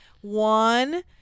One